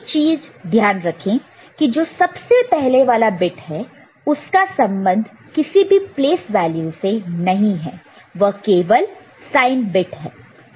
एक चीज ध्यान रखें कि जो सबसे पहले वाला बिट है उसका संबंध किसी भी प्लेस वैल्यू से नहीं है वह केवल साइन बिट है